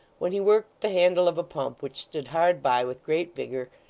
when he worked the handle of a pump which stood hard by, with great vigour,